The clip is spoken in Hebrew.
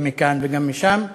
גם מכאן וגם משם.